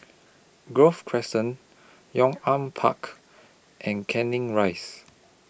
Grove Crescent Yong An Park and Canning Rise